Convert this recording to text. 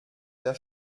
der